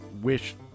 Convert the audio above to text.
Wish